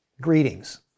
greetings